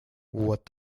what